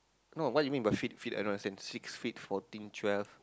no what you mean by feet feet I don't understand six feet fourteen twelve